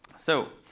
so